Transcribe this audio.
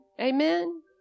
Amen